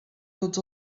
tots